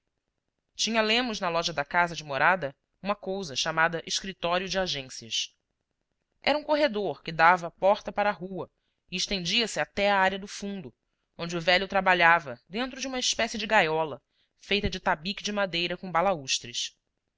tinha lemos na loja da casa de morada uma cousa chamada escritório de agências era um corredor que dava porta para a rua e estendia-se até à área do fundo onde o velho trabalhava dentro de uma espécie de gaiola feita de tabique de madeira com balaústres